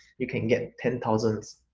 you can get ten thousands